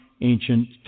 ancient